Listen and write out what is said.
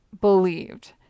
believed